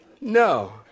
No